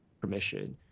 permission